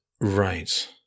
right